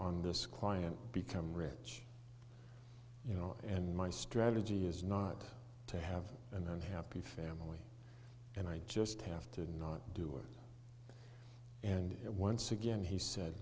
on this client become rich you know and my strategy is not to have an unhappy family and i just have to not do it and it once again he said